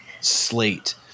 slate